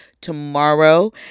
tomorrow